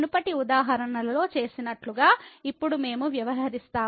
మునుపటి ఉదాహరణలో చేసినట్లుగా ఇప్పుడు మేము వ్యవహరిస్తాము